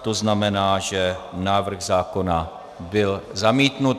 To znamená, že návrh zákona byl zamítnut.